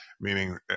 meaning